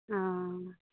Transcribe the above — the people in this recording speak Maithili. हँ